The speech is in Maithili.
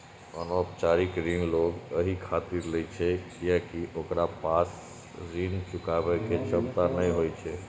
अनौपचारिक ऋण लोग एहि खातिर लै छै कियैकि ओकरा पास ऋण चुकाबै के क्षमता नै होइ छै